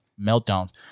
meltdowns